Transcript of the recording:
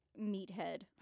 meathead